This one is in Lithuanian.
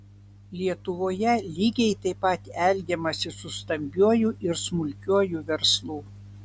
lietuvoje lygiai taip pat elgiamasi su stambiuoju ir smulkiuoju verslu